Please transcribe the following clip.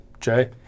Jay